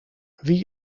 wie